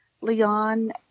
Leon